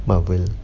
Marvel